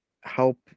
help